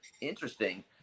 interesting